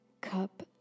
cup